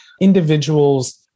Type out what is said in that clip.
individuals